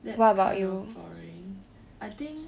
that's kind of boring I think